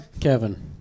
Kevin